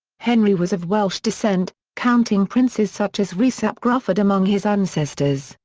henry was of welsh descent, counting princes such as rhys ap gruffydd among his ancestors,